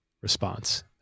response